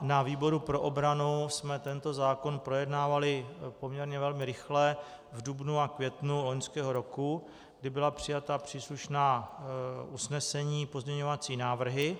Na výboru pro obranu jsme tento zákon projednávali poměrně velmi rychle v dubnu a květnu loňského roku, kdy byla přijata příslušná usnesení, pozměňovací návrhy.